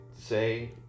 say